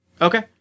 Okay